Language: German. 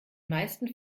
meisten